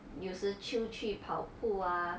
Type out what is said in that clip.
有时就去跑步啊